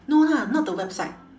no lah not the website